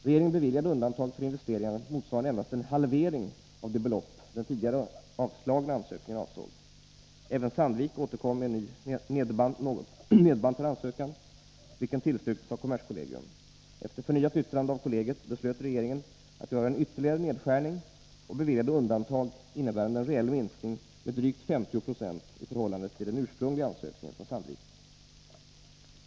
Regeringen beviljade undantag för investeringar motsvarande endast en halvering av det belopp den tidigare avslagna ansökningen avsåg. Även Sandvik AB återkom med en ny nedbantad ansökan, vilken tillstyrktes av kommerskollegium. Efter förnyat yttrande av kollegiet beslöt regeringen att göra en ytterligare nedskärning och beviljade undantag innebärande en reell minskning med drygt 50 90 i förhållande till den ursprungliga ansökningen från Sandvik AB.